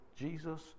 Jesus